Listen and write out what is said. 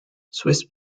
swiss